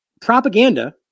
propaganda